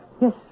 Yes